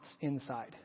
inside